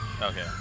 Okay